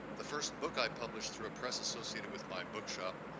the first book i published through a press associated with my book shop,